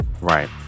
Right